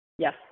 Yes